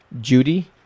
Judy